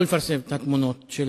לא לפרסם את התמונות של